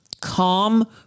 calm